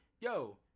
Yo